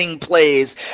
Plays